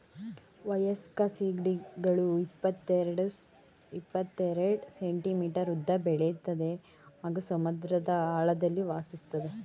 ವಯಸ್ಕ ಸೀಗಡಿಗಳು ಇಪ್ಪತೆರೆಡ್ ಸೆಂಟಿಮೀಟರ್ ಉದ್ದ ಬೆಳಿತದೆ ಹಾಗೂ ಸಮುದ್ರದ ಆಳದಲ್ಲಿ ವಾಸಿಸ್ತದೆ